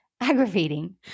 aggravating